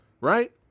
Right